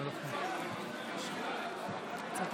ויהיה מקסים אם החברים באופוזיציה גם יקשיבו